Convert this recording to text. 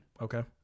okay